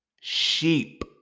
Sheep